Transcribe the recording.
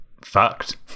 fucked